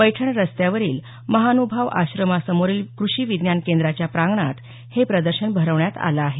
पैठण रस्त्यावरील महान्भाव आश्रमासमोरील कृषी विज्ञान केंद्राच्या प्रांगणात हे प्रदर्शन भरवण्यात आलं आहे